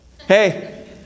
hey